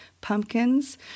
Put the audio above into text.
pumpkins